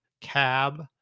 cab